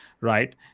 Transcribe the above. right